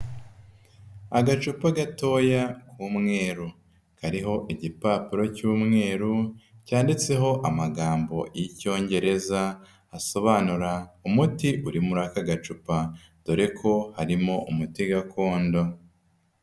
Agacupa gatoya k'umweru. Kariho igipapuro cy'umweru, cyanditseho amagambo y'Icyongereza asobanura umuti uri muri aka gacupa. Dore ko harimo umuti gakondo.